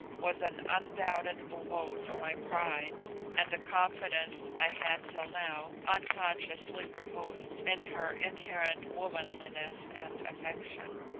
was an undoubted blow to my pride and the confidence i had till now unconsciously reposed in her inherent womanliness and affection.